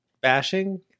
bashing